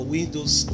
Windows